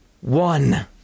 one